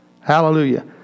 Hallelujah